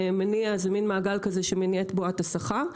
זה מן מעגל כזה שמניע את בועת השכר.